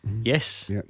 Yes